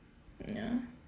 ya